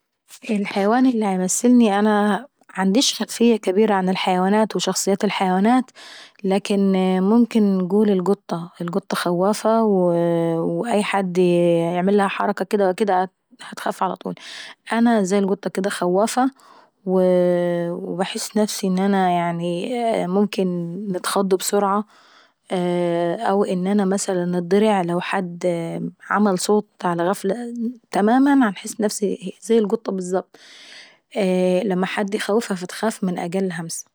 الحيوان اللي بيمثلنيانا معنديش خلفية كبيرة عن الحيوانات، وشخصيات الحيوانات لكن ممكن انقول القطة، القطة خوافة واي حد يعملها حركة اكديه ولا كديه عتخاف على طول. انا زي القطة كديه خوافة وباحس نفسي ان انا ممكن نتخض بسرعه او مثلا نتضرع لو حد عمل صوت. تماما زي القطة بالظبط باحس نفسي زي القطة بالظبط لما حد يخوفها فتخاف من اقل همسة.